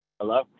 Hello